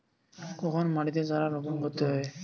কখন মাটিতে চারা রোপণ করতে হয়?